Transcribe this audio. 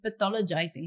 pathologizing